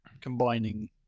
combining